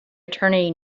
attorney